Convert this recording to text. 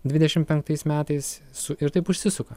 dvidešimt penktais metais su ir taip užsisuka